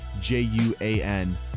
J-U-A-N